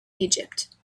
egypt